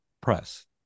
press